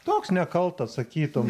toks nekaltas sakytum